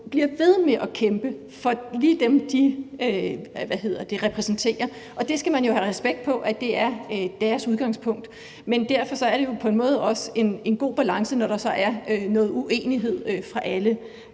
bliver ved med at kæmpe for lige dem, de repræsenterer. Det skal man have respekt for er deres udgangspunkt. Men derfor er det på en måde også en god balance, når der så er noget uenighed hos